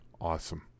Awesome